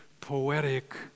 poetic